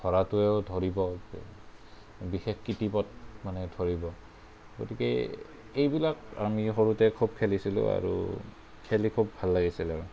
ধৰাটোৱেও ধৰিব বিশেষ কিটিপত মানে ধৰিব গতিকে এইবিলাক আমি সৰুতে খুব খেলিছিলোঁ আৰু খেলি খুব ভাল লাগিছিল আৰু